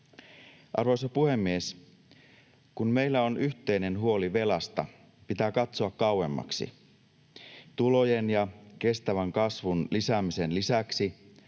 Arvoisa puhemies! Kun meillä on yhteinen huoli velasta, pitää katsoa kauemmaksi. Tulojen ja kestävän kasvun lisäämisen lisäksi